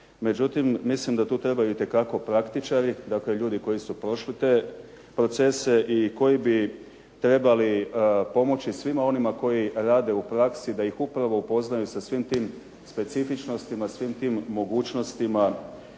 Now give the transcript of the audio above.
međutim, mislim da tu trebaju itekako praktičari dakle ljudi koji su prošli te procese i koji bi trebali pomoći svima onima koji rade u praksi da ih upravo upoznaju sa svim tim specifičnostima i svim tim mogućnostima,